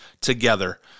together